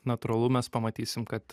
natūralu mes pamatysim kad